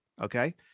Okay